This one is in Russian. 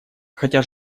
хотя